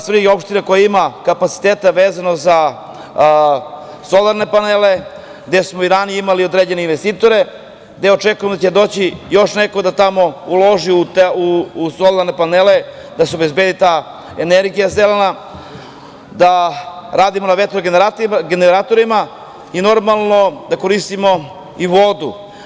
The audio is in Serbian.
Svrljig je opština koja ima kapacitete vezano za solarne panele, gde smo i ranije imali određene investitore, gde očekujemo da će doći još neko da tamo uloži u te solarne panele, da se obezbedi ta energija zelena, da radimo na vetro-generatorima i normalno da koristimo i vodu.